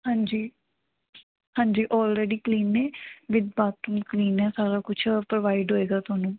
ਹਾਂਜੀ ਹਾਂਜੀ already clean ਨੇ ਵਿਧ ਬਾਥਰੂਮ ਕਲੀਨ ਹੈ ਸਾਰਾ ਕੁਛ ਪ੍ਰੋਵਾਈਡ ਹੋਏਗਾ ਤੁਹਾਨੂੰ